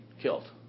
killed